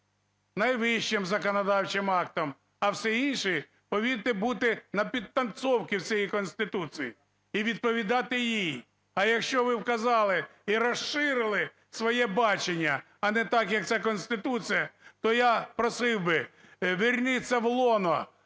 найвищим законодавчим актом, а все інше повинно бути "на підтанцовці" в цієї Конституції і відповідати їй. А якщо ви вказали і розширили своє бачення, а не так, як це Конституція, то я просив би, верніться в лоно